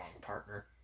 partner